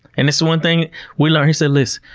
and it's the one thing we learned. he said, listen,